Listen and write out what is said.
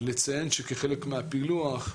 לציין שכחלק מהפילוח,